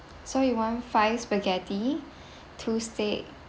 so you want five spaghetti two steak